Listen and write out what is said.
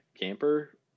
camper